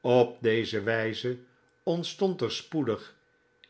op deze wu'ze ontstond er spoedig